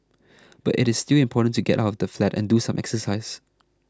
but it is still important to get out of the flat and do some exercise